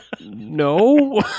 no